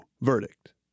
verdict